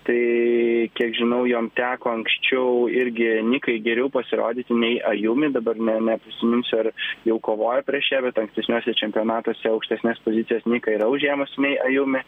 tai kiek žinau jom teko anksčiau irgi nikai geriau pasirodyti nei ajumi dabar ne neprisiminsiu ar jau kovojo prieš ją bet ankstesniuose čempionatuose aukštesnes pozicijas nika yra užėmusi nei ajumi